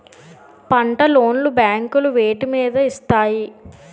పంట లోన్ లు బ్యాంకులు వేటి మీద ఇస్తాయి?